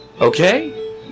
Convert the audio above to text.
okay